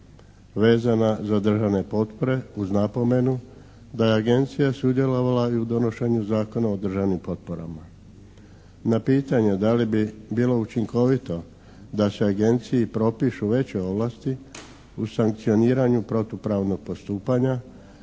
vezana za državne potpore uz napomenu da je Agencije sudjelovala i u donošenju Zakona o državnim potporama. Na pitanje da li bi bilo učinkovito da se Agenciji propišu veće ovlasti u sankcioniranju protupravnog postupanja